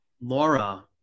laura